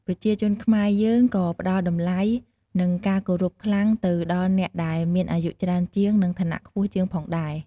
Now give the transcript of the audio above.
ប្រជាជនខ្មែរ យើងក៏ផ្ដល់តម្លៃ និងការគោរពខ្លាំងទៅដល់អ្នកដែលមានអាយុច្រើនជាង និងឋានៈខ្ពស់ជាងផងដែរ។